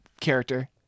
character